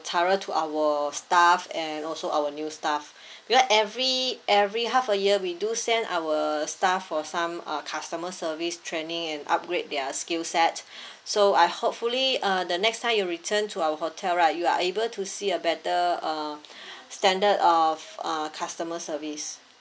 thorough to our staff and also our new staff because every every half a year we do send our staff for some uh customer service training and upgrade their skill set so I hopefully uh the next time you return to our hotel right you are able to see a better uh standard of uh customer service